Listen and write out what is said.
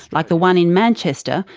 like the one in manchester,